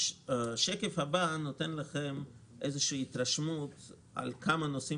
השקף הבא נותן לכם התרשמות על כמה נושאים